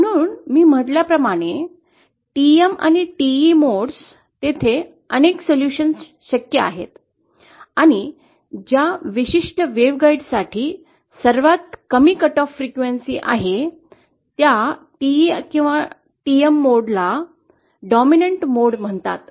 म्हणून मी म्हटल्याप्रमाणे TM आणि TE मोड तेथे अनेक सोल्यूशन्स शक्य आहेत आणि ज्या विशिष्ट वेव्हगाइड साठी सर्वात कमी कटऑफ फ्रिक्वेंसी आहे त्या TE किंवा TM मोड ला प्रबल मोड म्हणतात